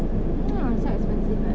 !hanna! so expensive eh